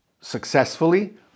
successfully